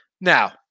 Now